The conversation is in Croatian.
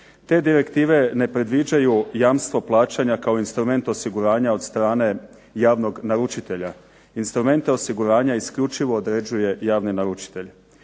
Te direktive ne predviđaju jamstvo plaćanja kao instrument osiguranja od strane javnog naručitelja. Instrumente osiguranja isključivo određuje javni naručitelj.